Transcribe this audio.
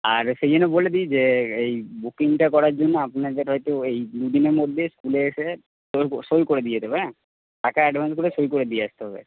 আর সেই জন্য বলে দিই যে এই বুকিংটা করার জন্য আপনাদের হয়তো এই দু দিনের মধ্যে স্কুলে এসে সই সই করে দিয়ে যেতে হবে হ্যাঁ টাকা অ্যাডভান্স করে সই করে দিয়ে আসতে হবে